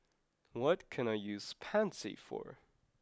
what can I use Pansy for